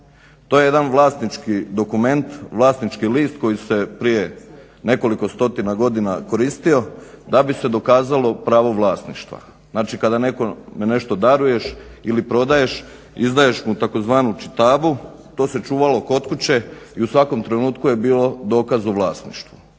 To je jedan vlasnički dokument, vlasnički list koji se prije nekoliko stotina godina koristio da bi se dokazalo pravo vlasništva. Znači, kada nekome nešto daruješ ili prodaješ izdaješ mu tzv. čitabu. To se čuvalo kod kuće i u svakom trenutku je bilo dokaz o vlasništvu.